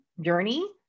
journey